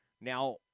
Now